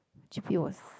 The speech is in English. G_P was